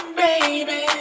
baby